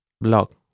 Blog